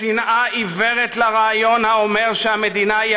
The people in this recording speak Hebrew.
"שנאה עיוורת לרעיון האומר ש'המדינה,